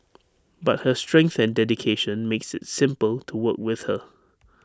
but her strength and dedication makes IT simple to work with her